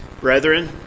Brethren